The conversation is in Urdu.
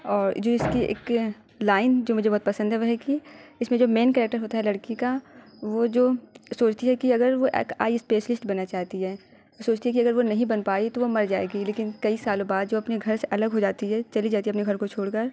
اور جو اس کی اک لائن جو مجھے بہت پسند ہے وہ ہے کہ اس میں جو مین کریکٹر ہوتا ہے لڑکی کا وہ جو سوچتی ہے کہ اگر وہ ایک آئی اسپیشلسٹ بننا چاہتی ہے سوچتی ہے کہ اگر وہ نہیں بن پائی تو وہ مر جائے گی لیکن کئی سالوں بعد جو اپنے گھر سے الگ ہو جاتی ہے چلی جاتی ہے اپنے گھر کو چھوڑ کر